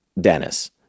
Dennis